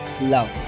Love